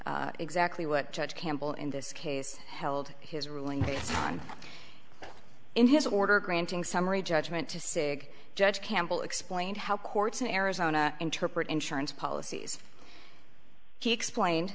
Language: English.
exactly what judge campbell in this case held his rulings on in his order granting summary judgment to sick judge campbell explained how courts in arizona interpret insurance policies he explained